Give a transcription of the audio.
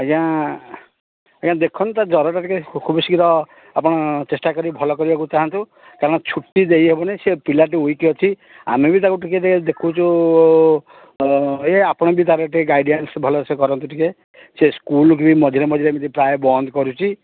ଆଜ୍ଞା ଆଜ୍ଞା ଦେଖନ୍ତୁ ତାର ଜ୍ଵରଟା ଟିକେ ଖୁବ୍ ଶୀଘ୍ର ଆପଣ ଚେଷ୍ଟା କରିକି ଭଲ କରିବାକୁ ଚାହାଁନ୍ତୁ କାରଣ ଛୁଟି ଦେଇ ହେବନି ସେ ପିଲାଟି ୱିକ ଅଛି ଆମେ ବି ତାକୁ ଟିକେ ଟିକେ ଦେଖୁଛୁ ଏଇ ଆପଣ ବି ତାର ଟିକେ ଗାଇଡ଼ାନ୍ସ ଭଲସେ କରନ୍ତୁ ଟିକେ ସେ ସ୍କୁଲ ଭି ମଝିରେ ମଝିରେ ଏମିତି ପ୍ରାୟ ବନ୍ଦ କରୁଛି